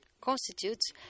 constitutes